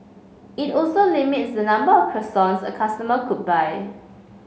it also limits the number of croissants a customer could buy